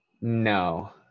no